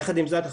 יחד עם זאת,